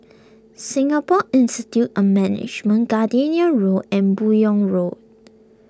Singapore Institute of Management Gardenia Road and Buyong Road